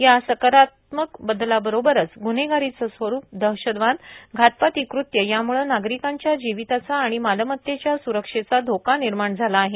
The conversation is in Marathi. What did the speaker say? या सकारात्मक ब ला बरोबरच ग्न्हेगारीचे स्वरुपए शतवा ए घातपाती कृत्य यामुळं नागरिकांच्या जिवीताचा आणि मालमतेच्या सुरक्षेचा धोका निर्माण झाला आहे